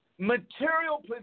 Material